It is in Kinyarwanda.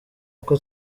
kuko